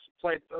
played